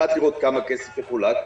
אחת, לראות כמה כסף יחולק.